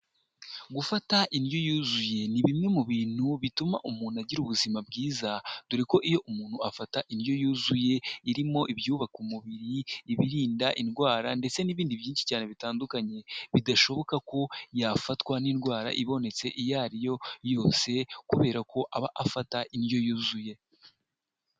Gufata indyo yuzuye, ni bimwe mu bintu bituma umuntu agira ubuzima bwiza, dore ko iyo umuntu afata indyo yuzuye, irimo ibyubaka umubiri, ibirinda indwara ndetse n'ibindi byinshi cyane bitandukanye, bidashoboka ko yafatwa n'indwara ibonetse iyo ariyo yose kubera ko aba afata indyo yuzuye.